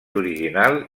original